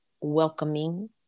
welcoming